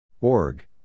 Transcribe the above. org